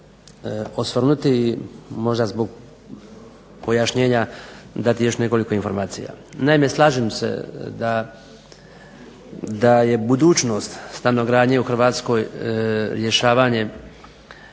osvrnuti i možda zbog pojašnjenja dati još nekoliko informacija. Naime, slažem se da je budućnost stanogradnje u Hrvatskoj rješavanje